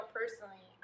personally